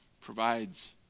provides